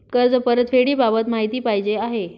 कर्ज परतफेडीबाबत माहिती पाहिजे आहे